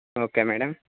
okay madam